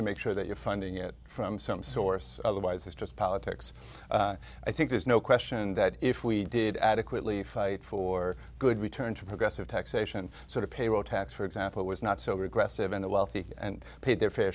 to make sure that you're funding it from some source otherwise it's just politics i think there's no question that if we did adequately fight for a good return to progressive taxation sort of payroll tax for example it was not so regressive in the wealthy and paid their fair